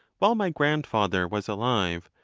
while my grandfather was alive,